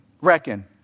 reckon